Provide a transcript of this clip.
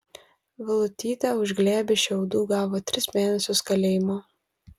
vilutytė už glėbį šiaudų gavo tris mėnesius kalėjimo